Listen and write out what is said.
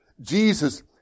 Jesus